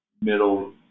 middle